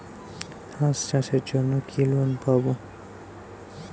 হাঁস চাষের জন্য কি লোন পাব?